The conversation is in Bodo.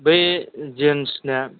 बै जेन्ट्सना